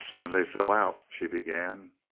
when they fill out she began.